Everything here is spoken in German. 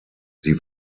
sie